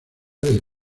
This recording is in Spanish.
del